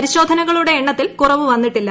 പരിശോധനകളുടെ എണ്ണത്തിൽ കുറവ് വന്നിട്ടില്ല